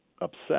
upset